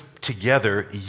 together